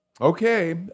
Okay